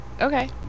Okay